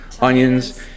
onions